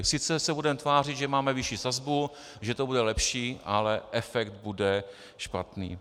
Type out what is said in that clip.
Sice se budeme tvářit, že máme vyšší sazbu, že to bude lepší, ale efekt bude špatný.